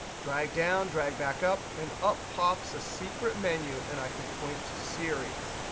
drag down, drag back up. and up pops a secret menu, and i can point to series.